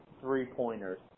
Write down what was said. three-pointers